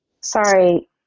Sorry